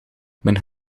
mijn